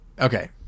Okay